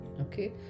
okay